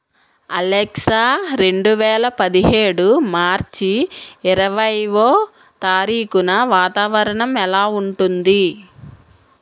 Alexa రెండు వేల పదిహేడు మార్చి ఇరవైఒ తారీఖున వాతావరణం ఎలా ఉంటుంది